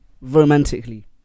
romantically